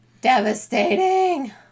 Devastating